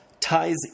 ties